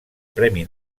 premi